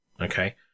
Okay